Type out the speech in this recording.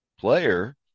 player